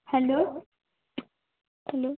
hello hello